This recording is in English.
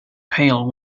pail